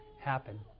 happen